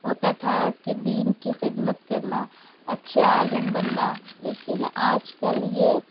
ہوتا تھا کہ دین کی خدمت کرنا اچھے عالم بننا لیکن آج کل یہ